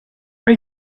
for